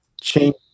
change